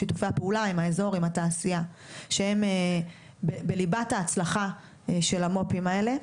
שיתופי הפעולה עם האזור והתעשייה שהן בליבת ההצלחה של המו"פים האלה.